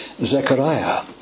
Zechariah